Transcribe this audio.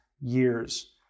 years